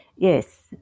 Yes